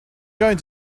going